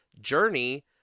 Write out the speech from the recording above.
Journey